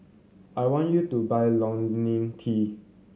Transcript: I want you to buy Ionil T